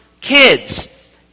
kids